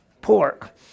Pork